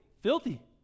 Filthy